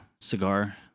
cigar